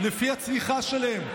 לפי הצריכה שלהם,